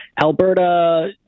Alberta